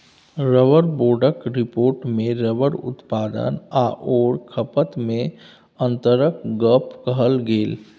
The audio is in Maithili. रबर बोर्डक रिपोर्टमे रबर उत्पादन आओर खपतमे अन्तरक गप कहल गेल